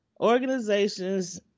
organizations